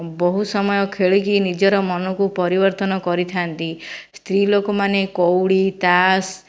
ବହୁ ସମୟ ଖେଳିକି ନିଜର ମନକୁ ପରିବର୍ତ୍ତନ କରିଥାନ୍ତି ସ୍ତ୍ରୀ ଲୋକମାନେ କଉଡ଼ି ତାସ୍